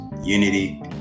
unity